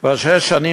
כבר שש שנים,